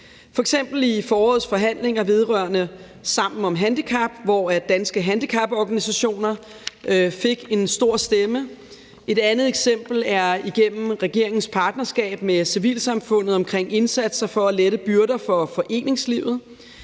i forårets forhandlinger vedrørende Sammen om handicap, hvor Danske Handicaporganisationer fik en stor stemme. Et andet eksempel er igennem regeringens partnerskab med civilsamfundet omkring indsatser for at lette byrder for foreningslivet,